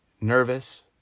nervous